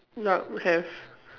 yup have